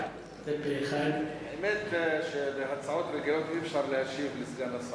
האמת היא שבהצעות רגילות אי-אפשר להשיב לסגן השר.